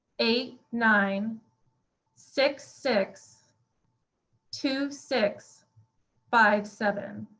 eight nine six six two six five seven.